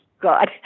God